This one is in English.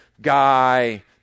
guy